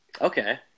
Okay